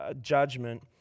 judgment